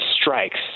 strikes